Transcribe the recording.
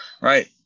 Right